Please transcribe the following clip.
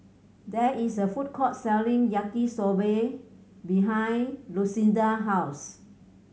there is a food court selling Yaki Soba behind Lucinda house